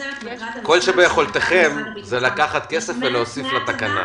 לעשות כל שביכולתכם זה פשוט להעביר כסף לתקנה.